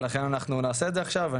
ולכן אנחנו נעשה את זה עכשיו.